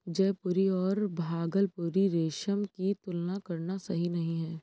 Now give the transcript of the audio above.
जयपुरी और भागलपुरी रेशम की तुलना करना सही नही है